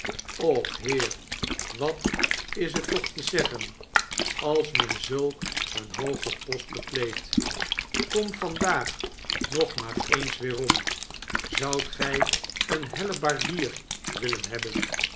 och heer wat is het toch te zeggen als men zulk een hoogen post bekleedt kom vandaag nog maar eens weerom zoudt gij een hellebaardier willen hebben